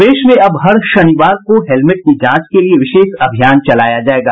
प्रदेश में अब हर शनिवार को हेल्मेट की जांच के लिए विशेष अभियान चलाया जायेगा